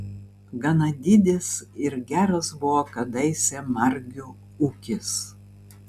gana didis ir geras buvo kadaise margių ūkis